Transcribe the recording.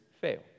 fail